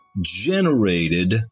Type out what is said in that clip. generated